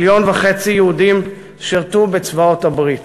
מיליון וחצי יהודים שירתו בצבאות הברית.